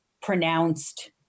pronounced